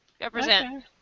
Represent